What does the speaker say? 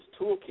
toolkit